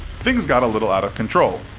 things got a little out of control.